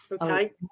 okay